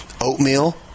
oatmeal